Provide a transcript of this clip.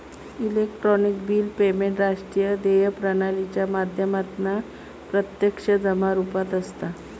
electronic bill payment राष्ट्रीय देय प्रणालीच्या माध्यमातना प्रत्यक्ष जमा रुपात असता